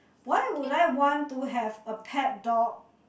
why would I want to have a pet dog